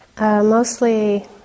mostly